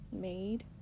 made